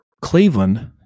Cleveland